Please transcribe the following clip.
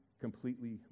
completely